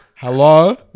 Hello